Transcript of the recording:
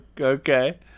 Okay